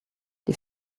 die